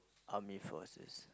army forces